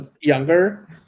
younger